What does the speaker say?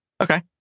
Okay